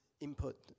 input